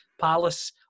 Palace